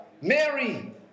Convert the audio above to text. Mary